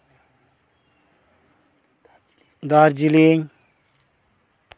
Darjeeling